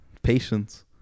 patience